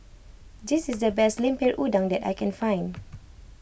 this is the best Lemper Udang that I can find